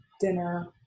dinner